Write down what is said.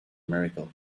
miracle